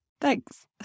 Thanks